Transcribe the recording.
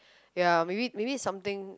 ya maybe maybe something